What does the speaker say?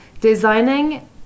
designing